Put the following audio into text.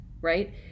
right